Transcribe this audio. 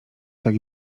tak